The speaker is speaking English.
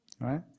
Right